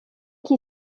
qui